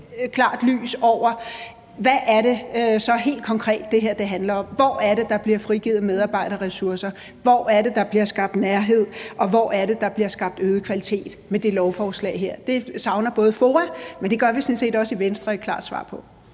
klart lys over, hvad det så helt konkret er, det her handler om. Hvor er det, der bliver frigivet medarbejderressourcer? Hvor er det, der bliver skabt nærhed? Og hvor er det, der bliver skabt øget kvalitet med det lovforslag her? Det savner FOA et klart svar på, men det gør vi sådan set også i Venstre. Kl.